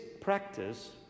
practice